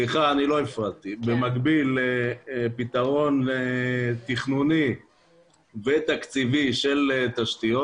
במקביל פתרון תכנוני ותקציבי של תשתיות,